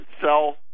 sell